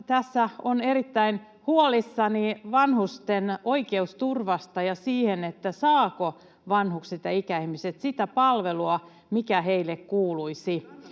tässä olen erittäin huolissani vanhusten oikeusturvasta ja siitä, saavatko vanhukset ja ikäihmiset sitä palvelua, mikä heille kuuluisi,